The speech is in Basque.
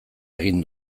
egin